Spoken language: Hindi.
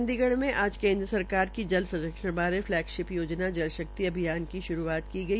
चंडीगढ़ में आज केन्द्र सरकार की जल संरक्षण बारे फलैग योजना जलशक्ति अभियान की शुरूआत की गई